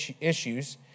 issues